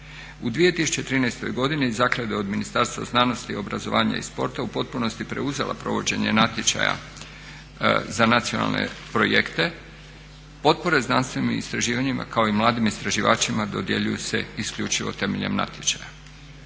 U 2013. godini zaklada je od Ministarstva znanosti, obrazovanja i sporta u potpunosti preuzela provođenje natječaja za nacionalne projekte, potpore znanstvenim istraživanjima kao i mladim istraživačima dodjeljuju se isključivo temeljem natječaja.